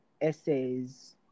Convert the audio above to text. essays